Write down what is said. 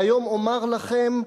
והיום אומר לכם: